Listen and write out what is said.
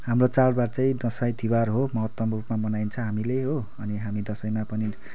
हाम्रो चाडबाड चाहिँ दसैँ तिहार हो महत्त्वपूर्ण रूपमा मनाइन्छ हामीले हो अनि हामी दसैँमा पनि